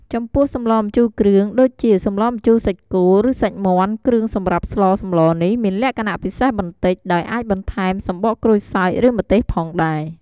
ចំពោះសម្លម្ជូរគ្រឿង ដូចជា សម្លម្ជូរសាច់គោ ឬសាច់មាន់ គ្រឿងសម្រាប់ស្លសម្លនេះមានលក្ខណៈពិសេសបន្តិច ដោយអាចបន្ថែម សំបកក្រូចសើច ឬម្ទេស ផងដែរ។